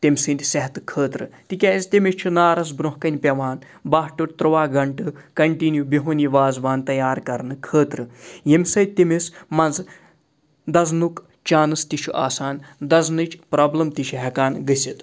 تٔمۍ سٕنٛدِ صحتہٕ خٲطرٕ تِکیٛازِ تٔمِس چھُ نارس برونٛہہ کَنہِ پیٚوان باہ ٹُو تُرٛواہ گنٹہٕ کَنٹِنیوٗ بِہُن یہِ وازوان تیار کَرنہٕ خٲطرٕ ییٚمہِ سۭتۍ تٔمِس منٛزٕ دَزنُک چانٕس تہِ چھِ آسان دَزنٕچ پرابلم تہِ چھِ ہٮ۪کان گٔژھِتھ